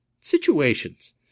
situations